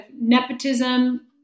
nepotism